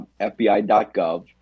FBI.gov